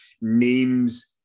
names